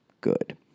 good